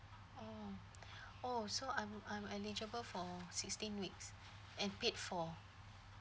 mm oh so I'm I'm eligible for sixteen weeks and paid for